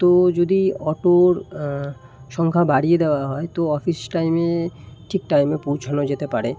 তো যদি অটোর সংখ্যা বাড়িয়ে দেওয়া হয় তো অফিস টাইমে ঠিক টাইমে পৌঁছানো যেতে পারে